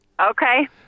okay